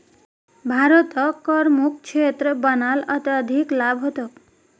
भारतक करमुक्त क्षेत्र बना ल अत्यधिक लाभ ह तोक